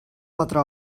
quatre